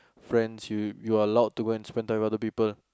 friends you you are allowed to go and spend time with other people